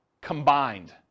combined